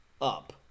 up